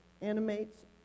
animates